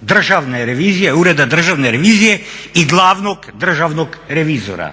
Državne revizije, Ureda Državne revizije i glavnog državnog revizora.